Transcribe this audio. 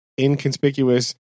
inconspicuous